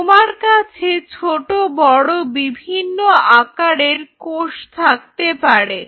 তোমার কাছে ছোট বড় বিভিন্ন আকারের কোষ থাকতে পারে